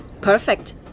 Perfect